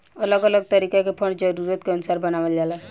अलग अलग तरीका के फंड जरूरत के अनुसार से बनावल जाला